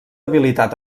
habilitat